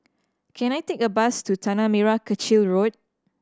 can I take a bus to Tanah Merah Kechil Road